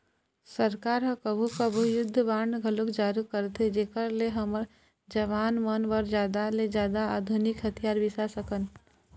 सरकार ह कभू कभू युद्ध बांड घलोक जारी करथे जेखर ले हमर जवान मन बर जादा ले जादा आधुनिक हथियार बिसा सकन